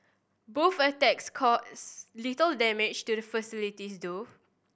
both attacks cause little damage to the facilities though